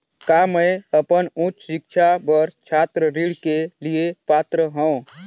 का मैं अपन उच्च शिक्षा बर छात्र ऋण के लिए पात्र हंव?